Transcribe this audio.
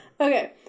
Okay